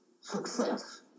success